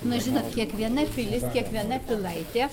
na žinot kiekviena pilis kiekviena pilaitė